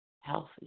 healthy